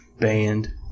band